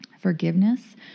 Forgiveness